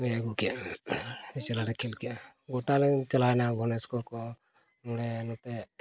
ᱞᱮ ᱟᱹᱜᱩ ᱠᱮᱜᱼᱟ ᱟᱹᱰᱤ ᱪᱮᱦᱨᱟ ᱞᱮ ᱠᱷᱮᱞ ᱠᱮᱜᱼᱟ ᱜᱳᱴᱟ ᱞᱮ ᱪᱟᱞᱟᱣᱮᱱᱟ ᱜᱚᱱᱮᱥ ᱠᱚᱠᱚ ᱱᱚᱰᱮ ᱱᱚᱛᱮ